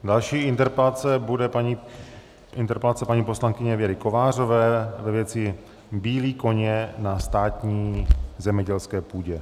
Další interpelace bude interpelace paní poslankyně Věry Kovářové ve věci bílí koně na státní zemědělské půdě.